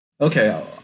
okay